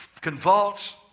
convulse